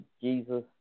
Jesus